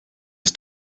ist